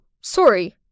sorry